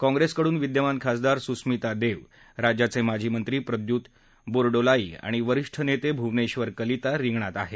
काँग्रेसकडून विद्यमान खासदार सुस्मिता देव राज्याचे माजी मंत्री प्रद्युत बोरडोलाई आणि वरिष्ठ नेते भूवनेबर कलिता रिगणात आहेत